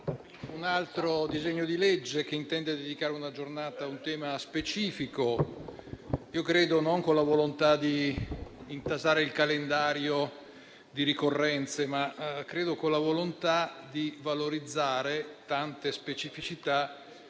un altro disegno di legge che intende dedicare una giornata a un tema specifico, con la volontà non di intasare il calendario di ricorrenze, ma di valorizzare tante specificità